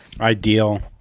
Ideal